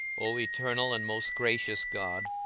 o eternal and most gracious god,